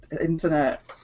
internet